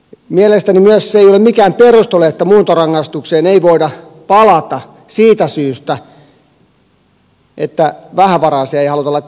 mielestäni myöskään se ei ole mikään perustelu että muuntorangaistukseen ei voida palata siitä syystä että vähävaraisia ei haluta laittaa vankilaan